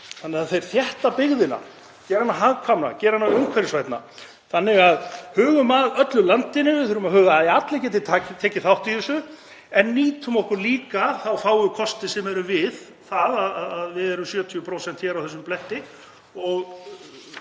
þannig að þær þétta byggðina, gera hana hagkvæmari og gera hana umhverfisvænni. Hugum að öllu landinu. Við þurfum að huga að því að allir geti tekið þátt í þessu. En nýtum okkur líka þá fáu kosti sem eru við það að við erum 70% á þessum bletti,